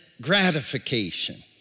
gratification